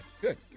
Good